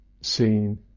seen